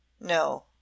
No